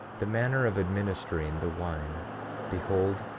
the manner of administering the wine behold,